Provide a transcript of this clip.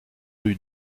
rue